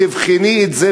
תבחני את זה.